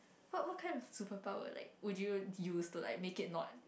what what kind of superpower like would you use to like make it not